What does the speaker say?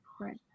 Right